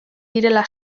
direla